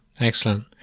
excellent